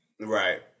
right